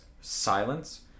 silence